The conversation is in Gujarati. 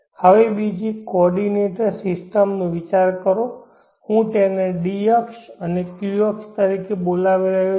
હવે બીજી કોઓર્ડિનેટ સિસ્ટમનો વિચાર કરો અને હું તેને d અક્ષ અને q અક્ષ તરીકે બોલાવી રહ્યો છું